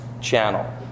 channel